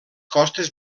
costes